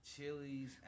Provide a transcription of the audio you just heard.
Chilies